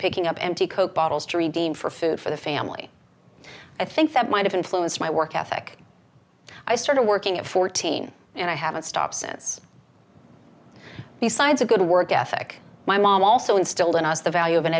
picking up empty coke bottles tree dean for food for the family i think that might have influenced my work ethic i started working at fourteen and i haven't stopped since besides a good work ethic my mom also instilled in us the value of an